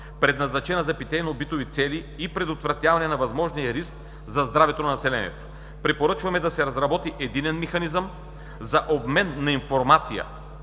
предназначена за питейно-битови цели, и предотвратяване на възможен риск за здравето на населението. Препоръчваме да се разработи единен механизъм за обмен на информация